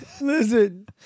listen